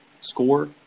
score